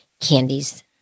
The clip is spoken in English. candies